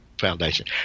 Foundation